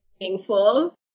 meaningful